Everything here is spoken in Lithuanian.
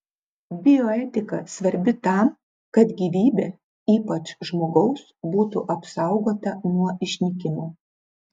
bioetika svarbi tam kad gyvybė ypač žmogaus būtų apsaugota nuo išnykimo